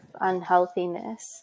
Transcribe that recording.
unhealthiness